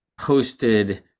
posted